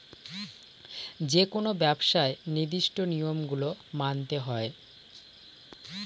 যেকোনো ব্যবসায় নির্দিষ্ট নিয়ম গুলো মানতে হয়